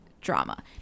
drama